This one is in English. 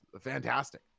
fantastic